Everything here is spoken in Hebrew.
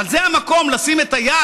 אבל זה המקום לשים את היד,